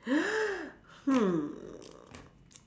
hmm